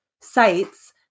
sites